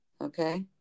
okay